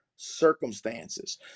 circumstances